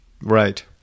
right